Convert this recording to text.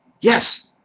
Yes